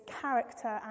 character